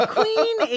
Queen